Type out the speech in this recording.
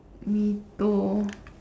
me too